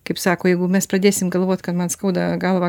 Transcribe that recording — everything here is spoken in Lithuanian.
kaip sako jeigu mes pradėsim galvot kad man skauda galvą